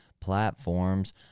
platforms